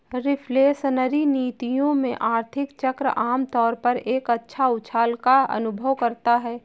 reflationary नीतियों में, आर्थिक चक्र आम तौर पर एक उछाल का अनुभव करता है